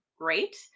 great